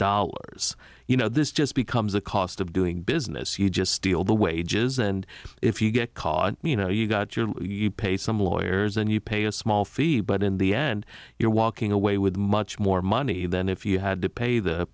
dollars you know this just becomes a cost of doing business you just steal the wages and if you get caught you know you got your you pay some lawyers and you pay a small fee but in the end you're walking away with much more money than if you had to pay the